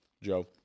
Joe